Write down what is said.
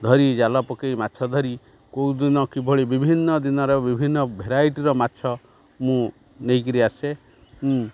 ଧରି ଜାଲ ପକେଇ ମାଛ ଧରି କେଉଁ ଦିନ କିଭଳି ବିଭିନ୍ନ ଦିନର ବିଭିନ୍ନ ଭେରାଇଟିର ମାଛ ମୁଁ ନେଇକି ଆସେ